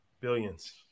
Billions